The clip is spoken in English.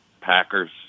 Packers